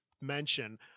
mention